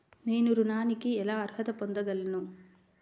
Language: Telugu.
నేను ఋణానికి ఎలా అర్హత పొందగలను?